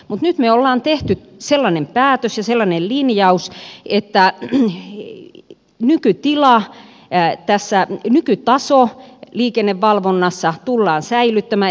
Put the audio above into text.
mutta nyt me olemme tehneet sellaisen päätöksen ja sellaisen linjauksen että nykytaso liikennevalvonnassa tullaan säilyttämään